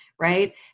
right